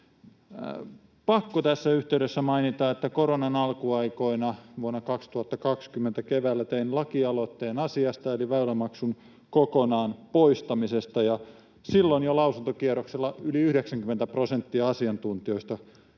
Pakko tässä yhteydessä mainita, että koronan alkuaikoina, vuonna 2020 keväällä, tein lakialoitteen asiasta eli väylämaksun kokonaan poistamisesta, ja silloin jo lausuntokierroksella yli 90 prosenttia asiantuntijoista